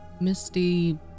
misty